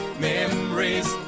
memories